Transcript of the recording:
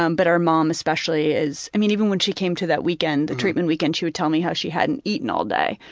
um but our mom especially is i mean even when she came to that weekend, the treatment weekend, she would tell me how she hadn't eaten all day.